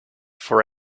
for